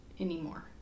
anymore